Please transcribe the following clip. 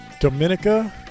Dominica